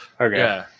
Okay